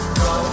go